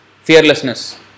fearlessness